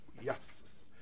yes